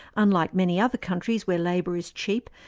unlike many other countries where labour is cheap,